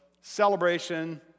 celebration